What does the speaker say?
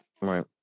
Right